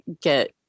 get